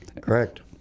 Correct